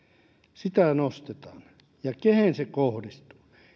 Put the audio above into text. sitä nostetaan ja kehen se kohdistuu